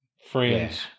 Friends